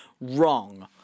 wrong